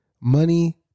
money